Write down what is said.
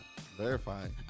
Verifying